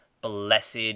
blessed